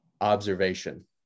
observation